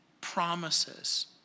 promises